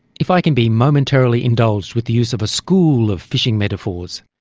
if i can be momentarily indulged with the use of a school of fishing metaphors,